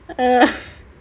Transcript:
err